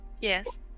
Yes